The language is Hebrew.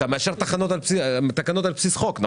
אתה מאשר תקנות על בסיס חוק.